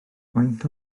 faint